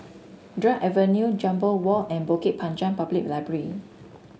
Drake Avenue Jambol Walk and Bukit Panjang Public Library